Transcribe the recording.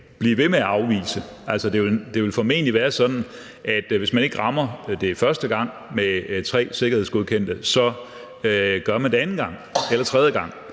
blive ved med at afvise. Altså, det vil formentlig være sådan, at hvis man ikke rammer det første gang med tre sikkerhedsgodkendte, gør man det anden gang eller tredje gang,